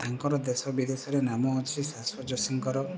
ତାଙ୍କର ଦେଶ ବିଦେଶରେ ନାମ ଅଛି ଶାଶ୍ୱତ ଯୋଶୀଙ୍କର